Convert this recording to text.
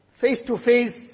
face-to-face